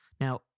Now